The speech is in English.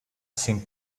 seemed